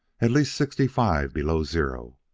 at least sixty-five below zero,